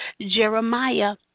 Jeremiah